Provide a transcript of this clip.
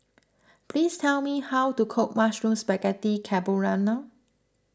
please tell me how to cook Mushroom Spaghetti Carbonara